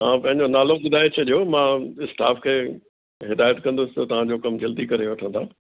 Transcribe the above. तव्हां पंहिंजो नालो ॿुधाए छॾियो मां स्टाफ खे हिदायत कंदुसि त तव्हां जो कमु जल्दी करे वठंदा